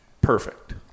perfect